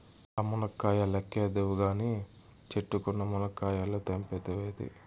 ఆ మునక్కాయ లెక్కేద్దువు కానీ, చెట్టుకున్న మునకాయలు తెంపవైతివే